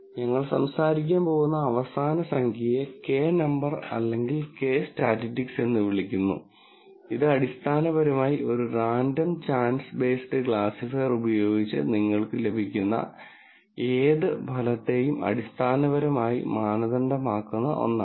ഞങ്ങൾ സംസാരിക്കാൻ പോകുന്ന അവസാന സംഖ്യയെ Κ നമ്പർ അല്ലെങ്കിൽ Κ സ്റ്റാറ്റിസ്റ്റിക് എന്ന് വിളിക്കുന്നു ഇത് അടിസ്ഥാനപരമായി ഒരു റാൻഡം ചാൻസ് ബേസ്ഡ് ക്ലാസിഫയർ ഉപയോഗിച്ച് നിങ്ങൾക്ക് ലഭിക്കുന്ന ഏത് ഫലത്തെയും അടിസ്ഥാനപരമായി മാനദണ്ഡമാക്കുന്ന ഒന്നാണ്